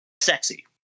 sexy